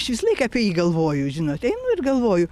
aš visą laik apie jį galvoju žinot einu ir galvoju